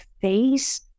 face